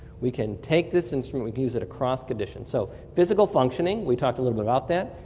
we can take this instrument, use it across conditions. so physical functioning, we talked a little about that.